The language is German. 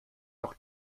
noch